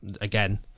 again